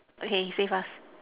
okay you say first